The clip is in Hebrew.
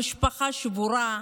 המשפחה שבורה.